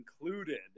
included